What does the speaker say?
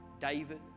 David